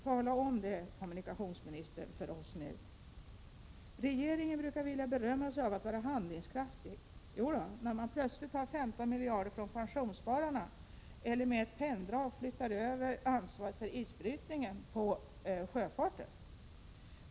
Tala om det för oss nu, kommunikationsministern! Regeringen brukar vilja berömma sig av att vara handlingskraftig. Jo då, när man plötsligt tar 15 miljarder från pensionsspararna eller med ett penndrag flyttar över ansvaret för isbrytningen på sjöfarten.